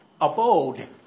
Abode